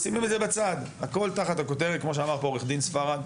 כמו שאמר פה עו"ד ספרד,